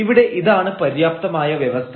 ഇവിടെ ഇതാണ് പര്യാപ്തമായ വ്യവസ്ഥ